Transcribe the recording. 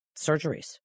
surgeries